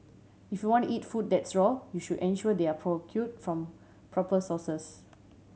if you want to eat food that's raw you should ensure they are procure from proper sources